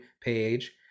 page